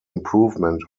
improvement